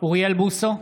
אוריאל בוסו,